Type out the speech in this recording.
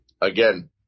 again